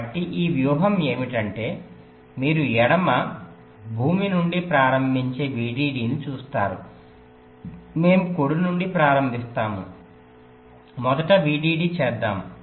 కాబట్టి ఈ వ్యూహం ఏమిటంటే మీరు ఎడమ భూమి నుండి ప్రారంభించే VDD ని చూస్తారు మేము కుడి నుండి ప్రారంభిస్తాము మొదట VDD చేద్దాం